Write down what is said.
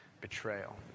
betrayal